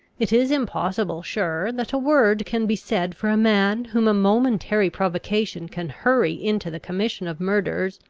it is impossible, sure, that a word can be said for a man whom a momentary provocation can hurry into the commission of murders